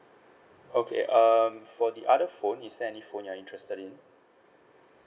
okay um for the other phone is there any phone you're interested in